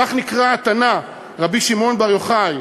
כך נקרא התנא רבי שמעון בר יוחאי,